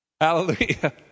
Hallelujah